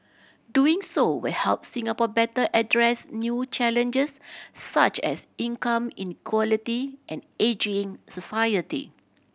doing so will help Singapore better address new challenges such as income inequality and ageing society